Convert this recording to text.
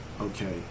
okay